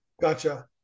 Gotcha